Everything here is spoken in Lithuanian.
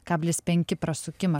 kablis penki prasukimą